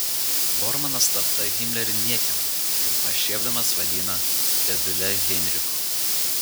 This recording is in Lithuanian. bormanas slapta himlerį niekino ir pašiepdamas vadino dėdule heinrichu